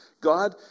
God